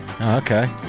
Okay